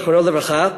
זיכרונו לברכה,